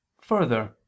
Further